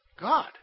God